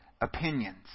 opinions